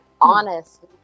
honest